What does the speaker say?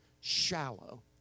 shallow